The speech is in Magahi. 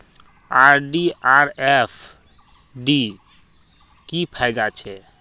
आर.डी आर एफ.डी की फ़ायदा छे?